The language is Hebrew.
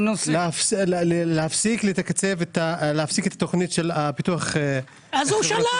להפסיק את התוכנית של פיתוח- -- אז הוא שלח.